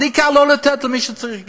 העיקר לא לתת למי שצריך גני-ילדים.